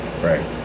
Right